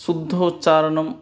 शुद्धोच्चारणं